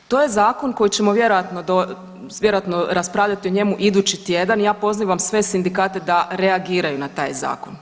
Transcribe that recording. To je zakon koji ćemo vjerojatno, vjerojatno raspravljati o njemu idući tjedan i ja pozivam sve sindikate da reagiraju na taj zakon.